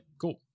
Cool